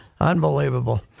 unbelievable